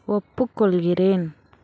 ஒப்புக்கொள்கிறேன்